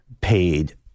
paid